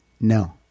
no